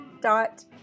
dot